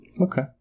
Okay